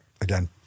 again